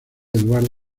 eduardo